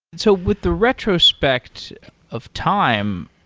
so with the retrospect of time,